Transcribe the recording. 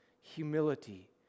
humility